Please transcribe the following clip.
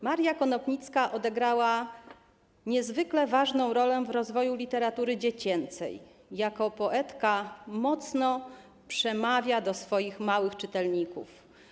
Maria Konopnicka odegrała niezwykle ważną rolę w rozwoju literatury dziecięcej, jako poetka mocno przemawia do swoich małych czytelników.